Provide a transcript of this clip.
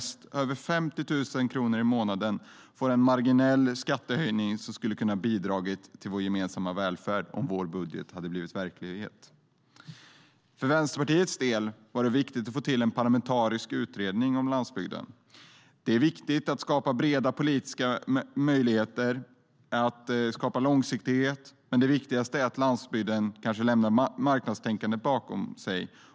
De som tjänar över 50 000 kronor i månaden hade fått en marginell skattehöjning som hade kunnat bidra till vår gemensamma välfärd om vår budget hade blivit verklighet. För Vänsterpartiets del var det viktigt att få till en parlamentarisk utredning om landsbygden. Det är viktigt att skapa breda politiska möjligheter och att skapa långsiktighet, men det viktigaste är att landsbygden lämnar marknadstänket bakom sig.